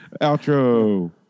Outro